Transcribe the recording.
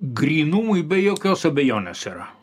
grynumui be jokios abejonės yra